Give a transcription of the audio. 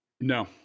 No